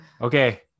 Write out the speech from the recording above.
Okay